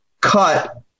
cut